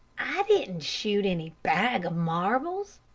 i didn't shoot any bag of marbles,